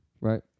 Right